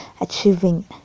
achieving